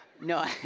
No